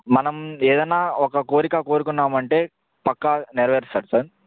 మనం ఏదైనా ఒక కోరిక కోరుకున్నాము అంటే పక్కా నెరవేరుస్తాడు సార్